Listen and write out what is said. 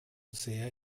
sehr